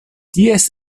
ties